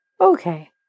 okay